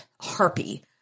harpy